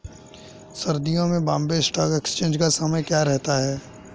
सर्दियों में Bombay stock exchange का समय क्या रहता है?